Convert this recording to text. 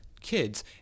kids